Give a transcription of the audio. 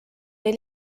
või